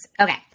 Okay